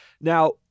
Now